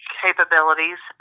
capabilities